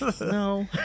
No